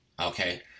okay